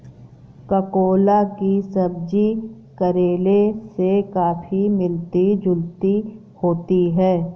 ककोला की सब्जी करेले से काफी मिलती जुलती होती है